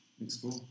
explore